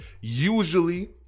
usually